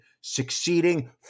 succeeding